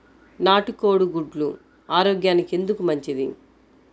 నాటు కోడి గుడ్లు ఆరోగ్యానికి ఎందుకు మంచిది?